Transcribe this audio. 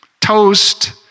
toast